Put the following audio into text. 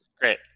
Great